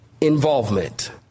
involvement